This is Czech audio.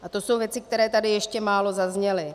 A to jsou věci, které tady ještě málo zazněly.